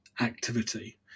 activity